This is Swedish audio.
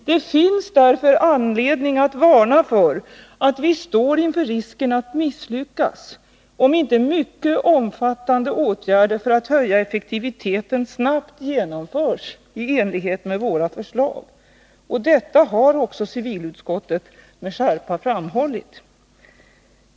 Det finns därför anledning att varna för att vi står inför risken att misslyckas — om inte mycket omfattande åtgärder för att höja effektiviteten snabbt genomförs i enlighet med våra förslag. Detta har också civilutskottet med skärpa framhållit.